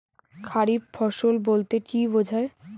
খারিফ ফসল বলতে কী বোঝায়?